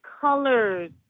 colors